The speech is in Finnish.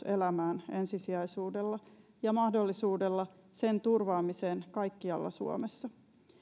elämään ensisijaisuudella ja mahdollisuudella sen turvaamiseen kaikkialla suomessa